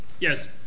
Yes